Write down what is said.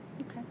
okay